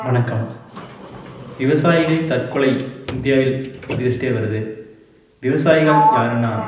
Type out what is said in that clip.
வணக்கம் விவசாயிகளின் தற்கொலை இந்தியாவில் அதிகரிச்சுகிட்டே வருது விவசாயிகள் யாருன்னா